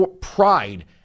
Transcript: pride